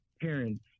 parents